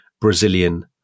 Brazilian